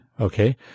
Okay